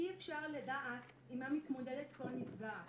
אי אפשר לדעת עם מה מתמודדת כל נפגעת.